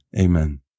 amen